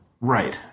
Right